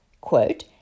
quote